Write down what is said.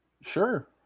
Sure